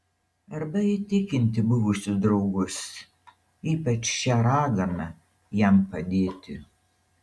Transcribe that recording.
arba įtikinti buvusius draugus ypač šią raganą jam padėti